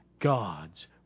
God's